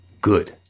good